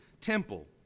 temple